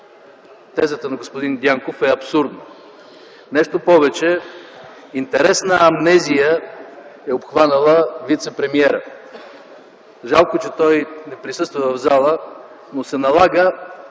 Тезата на господин Дянков е абсурдна. Нещо повече, интересна амнезия е обхванала вицепремиера. Жалко, че той не присъства в залата, но се налага